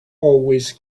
always